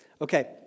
Okay